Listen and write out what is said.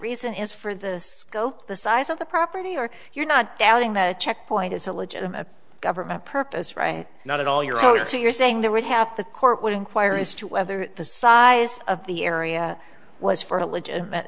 reason as for the scope the size of the property are you not doubting that a checkpoint is a legitimate government purpose right now that all your so you're saying there would have the court would inquire as to whether the size of the area was for a legitimate